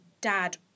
dad